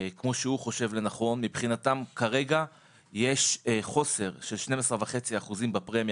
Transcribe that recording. כמו שהוא חושב לנכון מבחינתם יש חוסר של 12.5% בפרמיה